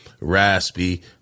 raspy